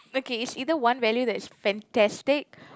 okay it's either one value that's fantastic